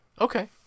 okay